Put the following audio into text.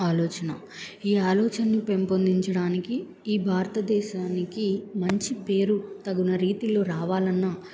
ఆలోచన ఈ ఆలోచన్ని పెంపొందించడానికి ఈ భారతదేశానికి మంచి పేరు తగిన రీతిలో రావాలన్నా